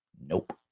Nope